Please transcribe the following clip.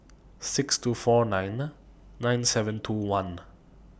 six two four nine nine seven two one